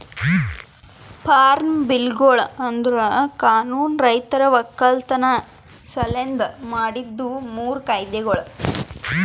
form ಬಿಲ್ಗೊಳು ಅಂದುರ್ ಕಾನೂನು ರೈತರ ಒಕ್ಕಲತನ ಸಲೆಂದ್ ಮಾಡಿದ್ದು ಮೂರು ಕಾಯ್ದೆಗೊಳ್